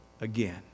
again